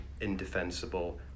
indefensible